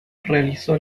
realizó